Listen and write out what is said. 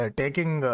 taking